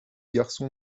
garçon